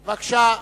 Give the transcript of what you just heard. בבקשה.